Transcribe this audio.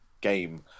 game